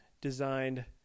designed